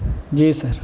جی سر